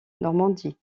normandie